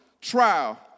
trial